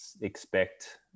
expect